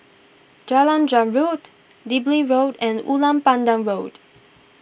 Jalan Zamrud Digby Road and Ulu Pandan Road